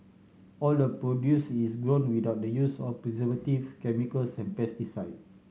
all the produce is grown without the use of preservative chemicals and pesticides